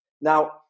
Now